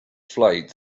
flight